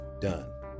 done